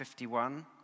51